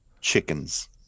chickens